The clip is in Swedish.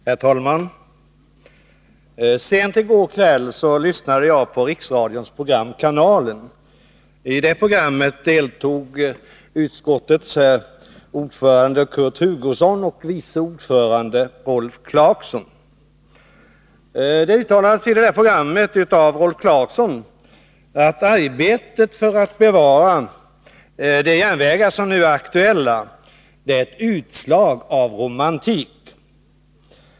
Herr talman! Sent i går kväll lyssnade jag på riksradions program Kanalen. I det programmet deltog utskottets ordförande Kurt Hugosson och vice ordföranden Rolf Clarkson. Rolf Clarkson uttalade i programmet att arbetet för att bevara de järnvägar som nu är aktuella är ett utslag av romantik.